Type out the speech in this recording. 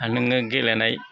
नों गेलेनाय